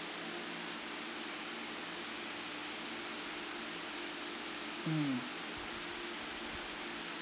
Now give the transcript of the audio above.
mm